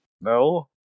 No